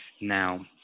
now